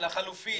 לחלופין,